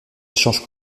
échanges